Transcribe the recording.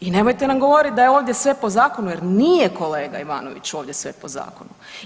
I nemojte nam govoriti da je ovdje sve po zakonu jer nije kolega Ivanoviću sve po zakonu.